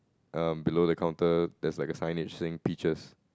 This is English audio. um below the counter there's like a signage saying peaches